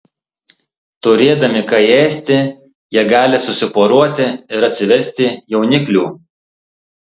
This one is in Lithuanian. turėdami ką ėsti jie gali susiporuoti ir atsivesti jauniklių